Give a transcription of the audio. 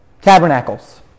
tabernacles